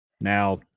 Now